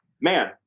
Man